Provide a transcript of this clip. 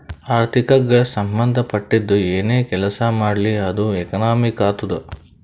ಆರ್ಥಿಕಗ್ ಸಂಭಂದ ಪಟ್ಟಿದ್ದು ಏನೇ ಕೆಲಸಾ ಮಾಡ್ಲಿ ಅದು ಎಕನಾಮಿಕ್ ಆತ್ತುದ್